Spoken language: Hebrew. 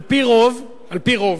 על-פי רוב, על-פי רוב,